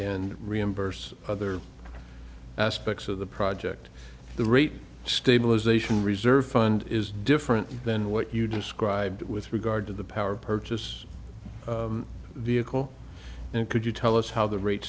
and reimburse other aspects of the project the rate stabilization reserve fund is different than what you described with regard to the power purchase vehicle and could you tell us how the rate